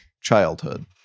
childhood